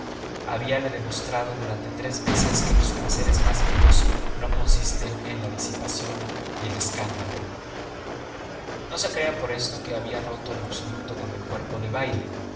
l habíale demostrado durante tres meses que los placeres más vivos no consisten en la disipación y el escándalo no se crea por eso que había roto en absoluto con el cuerpo de baile